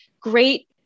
great